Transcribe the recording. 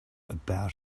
about